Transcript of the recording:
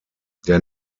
der